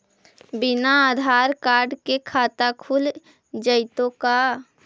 बिना आधार कार्ड के खाता खुल जइतै का?